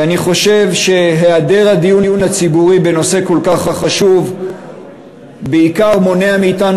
ואני חושב שהיעדר הדיון הציבורי בנושא כל כך חשוב בעיקר מונע מאתנו,